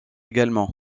également